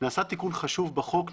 נעשה תיקון חשוב בחוק.